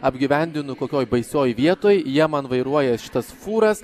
apgyvendinu kokioj baisioj vietoj jie man vairuoja šitas fūras